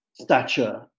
stature